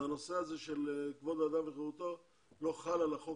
הנושא הזה של כבוד האדם וחירותו לא חל על החוק